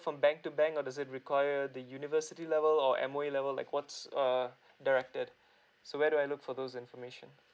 from bank to bank or does it require the university level or M_O_E level like what's err directed so where do I look for those information